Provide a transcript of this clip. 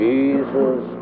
Jesus